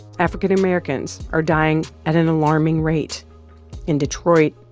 african americans are dying at an alarming rate in detroit,